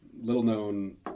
little-known